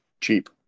cheap